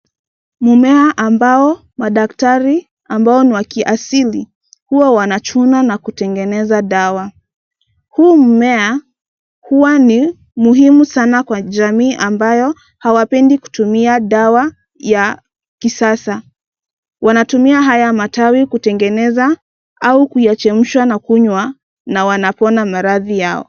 Mmea ambao madaktari ambao ni wakiasili huwa wanachuna na kutengeneza dawa. Huu mmea huwa ni muhimu sana kwa jamii ambayo hawapendi kutumia dawa ya kisasa, wanatumia haya matawi kutengeneza au kuyachemshwa na kunywa na wanapona maradhi yao.